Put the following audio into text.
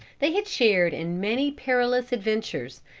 they had shared in many perilous adventures,